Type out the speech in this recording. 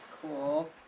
Cool